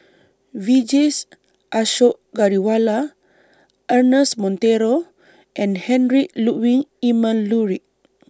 Vijesh Ashok Ghariwala Ernest Monteiro and Heinrich Ludwig Emil Luering